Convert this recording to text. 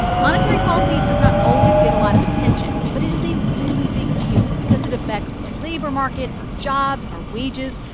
monetary policy does not always get a lot of attention, but it is a really big deal because it affects the labor market, our jobs, our wages,